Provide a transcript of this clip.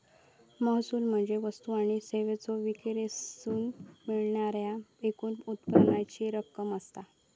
महसूल म्हणजे वस्तू आणि सेवांच्यो विक्रीतसून मिळणाऱ्या एकूण उत्पन्नाची रक्कम असता